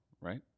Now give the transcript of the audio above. right